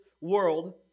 world